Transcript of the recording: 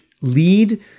lead